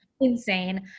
insane